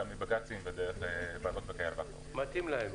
החל מבג"צים ודרך ועדות --- מתאים להם.